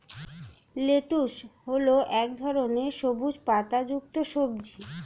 lettuce হল এক ধরনের সবুজ পাতাযুক্ত সবজি